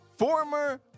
Former